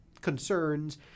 concerns